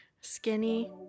Skinny